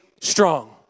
strong